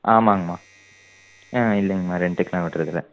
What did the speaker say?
ஆமாங்கம்மா ஆஹ இல்லைங்கம்மா ரென்ட்டுக்கெல்லாம் விட்டறதில்ல